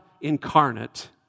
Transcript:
incarnate